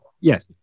Yes